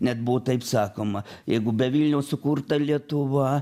net buvo taip sakoma jeigu be vilniaus sukurta lietuva